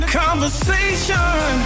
conversation